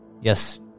Yes